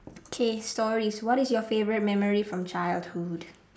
okay stories what is your favorite memory from childhood